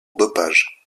dopage